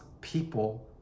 people